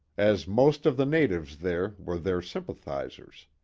as most of the natives there were their sympathizers.